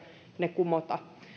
ne kumota